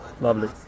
lovely